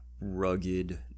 rugged